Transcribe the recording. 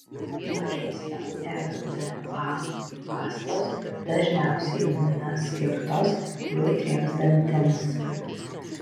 mažesnio rda pastos dažniausiai būna skirtos jautriems dantims